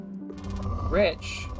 Rich